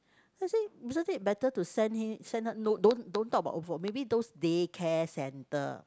then I say isn't it better to send him send her no don't don't talk about old folk maybe those day care center